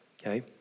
okay